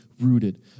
rooted